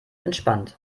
entspannt